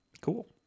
Cool